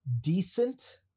decent